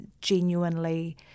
genuinely